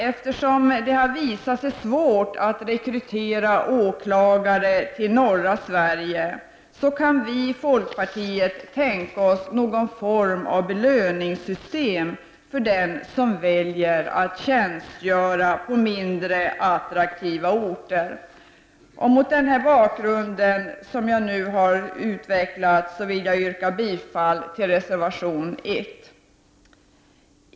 Eftersom det har visat sig svårt att rekrytera åklagare till norra Sverige, kan vi i folkpartiet tänka oss någon form av belöningssystem för dem som väljer att tjänstgöra på mindre attraktiva orter. Mot den bakgrund som jag nu har utvecklat vill jag yrka bifall till reservation nr 1.